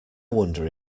wonder